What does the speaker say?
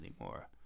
anymore